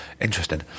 interesting